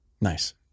Nice